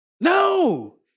No